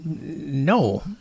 No